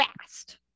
fast